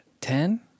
Ten